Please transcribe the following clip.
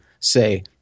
say